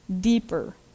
deeper